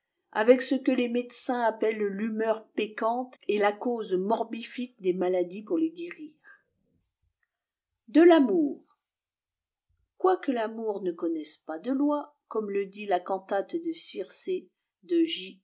vec ce que les médecins appellent thumeur peccgipte et m caue morbifique des maladies pour les guérira quoique tamour ne connaisse pas de lôiâ cômftie lé ja cantate de circée de